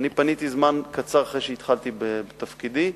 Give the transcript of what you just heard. זמן קצר אחרי שהתחלתי בתפקידי,